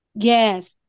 yes